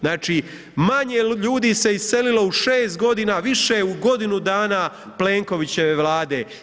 Znači manje ljudi se iselilo u 6 godina, više u godinu dana Plenkovićeve Vlade.